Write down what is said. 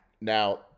now